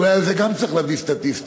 ואולי על זה גם צריך להביא סטטיסטיקה,